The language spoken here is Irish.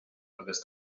agus